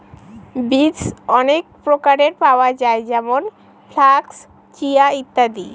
বীজ অনেক প্রকারের পাওয়া যায় যেমন ফ্লাক্স, চিয়া, ইত্যাদি